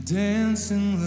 dancing